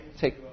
take